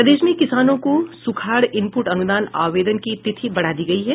प्रदेश में किसानों को सुखाड़ इनपुट अनुदान आवेदन की तिथि बढ़ा दी गई है